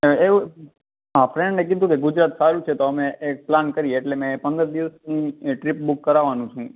એવું હા ફ્રેન્ડે કહ્યું હતું કે ગુજરાત સારું છે તો અમે એક પ્લાન કરીએ એટલે મેં પંદર દિવસની એ ટ્રીપ બુક કરાવવાનો છું હું